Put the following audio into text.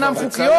אינן חוקיות,